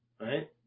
right